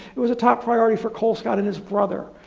it was a top priority for colescott and his brother.